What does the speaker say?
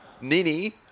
Nini